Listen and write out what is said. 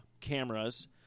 cameras